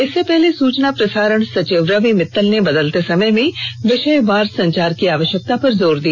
इससे पहले सूचना प्रसारण सचिव रवि मित्तल ने बदलते समय में विषयवार संचार की आवश्यकता पर जोर दिया